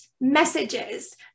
messages